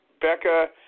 Becca